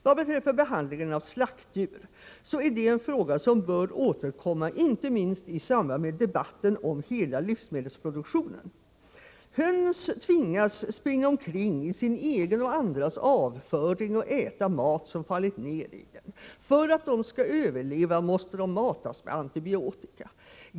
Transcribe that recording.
Vad beträffar behandlingen av slaktdjur är det en fråga som bör återkomma inte minst i samband med debatten om hela livsmedelsproduktionen. Höns tvingas springa omkring i sin egen och andras avföring och äta mat som fallit ned i den. För att de skall överleva måste de matas med antibiotika.